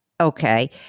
Okay